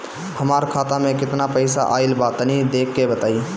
हमार खाता मे केतना पईसा आइल बा तनि देख के बतईब?